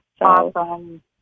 Awesome